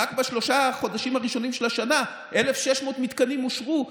רק בשלושת החודשים הראשונים של השנה 1,600 מתקנים אושרו.